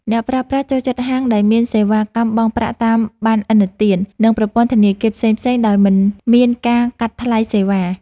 អ្នកប្រើប្រាស់ចូលចិត្តហាងដែលមានសេវាកម្មបង់ប្រាក់តាមបណ្ណឥណទាន និងប្រព័ន្ធធនាគារផ្សេងៗដោយមិនមានការកាត់ថ្លៃសេវា។